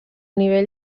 nivell